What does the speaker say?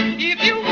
you